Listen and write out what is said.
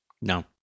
No